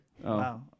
Wow